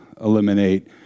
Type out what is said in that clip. eliminate